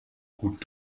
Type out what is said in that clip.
gut